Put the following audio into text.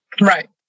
Right